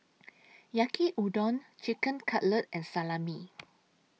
Yaki Udon Chicken Cutlet and Salami